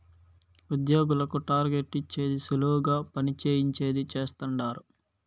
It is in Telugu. ఉద్యోగులకు టార్గెట్ ఇచ్చేది సులువుగా పని చేయించేది చేస్తండారు